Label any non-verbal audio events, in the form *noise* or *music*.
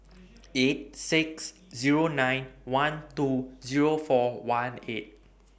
*noise* eight six Zero nine one two Zero four one eight